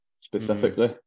specifically